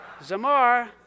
zamar